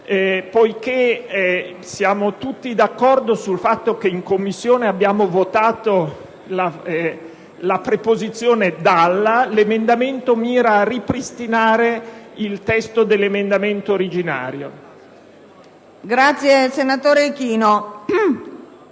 Poiché siamo tutti d'accordo che in Commissione abbiamo votato la preposizione "dalla", l'emendamento mira a ripristinare il testo dell'emendamento originario. PRESIDENTE. Invito